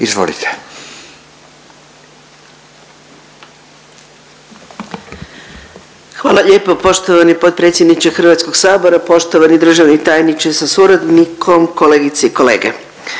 (GLAS)** Hvala lijepo poštovani potpredsjedniče Hrvatskog sabora, poštovani državni tajniče sa suradnikom, kolegice i kolege.